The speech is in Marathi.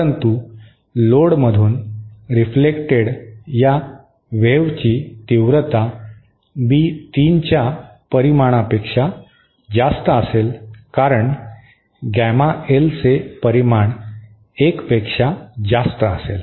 परंतु लोडमधून रिफ्लेक्टड या वेव्हची तीव्रता बी 3 च्या परिमाणापेक्षा जास्त असेल कारण गॅमा एलचे परिमाण 1 पेक्षा जास्त असेल